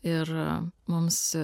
ir mums